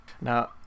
Now